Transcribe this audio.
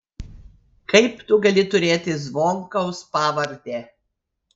kaip tu gali turėti zvonkaus pavardę